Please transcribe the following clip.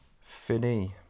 finny